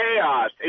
chaos